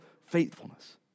faithfulness